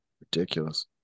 ridiculous